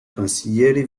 consiglieri